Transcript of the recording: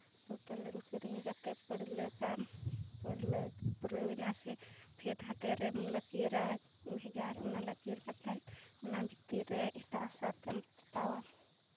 ᱜᱚᱴᱟ ᱞᱤᱞ ᱠᱛᱤᱨᱤᱧ ᱠᱟᱛᱮᱫ ᱯᱟᱹᱲᱞᱟᱹᱠᱟᱢ ᱯᱟᱹᱲᱞᱟᱹᱠ ᱯᱩᱨᱟᱹᱣᱮᱱᱟ ᱥᱮ ᱯᱷᱤᱨ ᱱᱟᱛᱮᱨᱮᱢ ᱞᱟᱹᱠᱤᱨᱟ ᱵᱷᱮᱜᱟᱨ ᱚᱱᱟ ᱞᱟᱹᱠᱤᱨ ᱠᱟᱛᱮᱫ ᱚᱱᱟ ᱵᱷᱤᱛᱤᱨ ᱨᱮ ᱮᱴᱟᱜ ᱦᱟᱥᱟ ᱛᱮᱢ ᱯᱚᱛᱟᱣᱟ